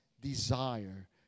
desire